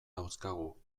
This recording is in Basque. dauzkagu